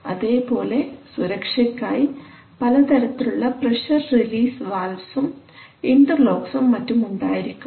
അതേപോലെ സുരക്ഷയ്ക്കായി പലതരത്തിലുള്ള പ്രഷർ റിലീസ് വാൽവ്സും ഇൻറർലോക്ക്സും മറ്റും ഉണ്ടായിരിക്കും